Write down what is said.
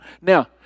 Now